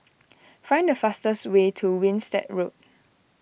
find the fastest way to Winstedt Road